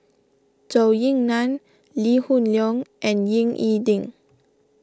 Zhou Ying Nan Lee Hoon Leong and Ying E Ding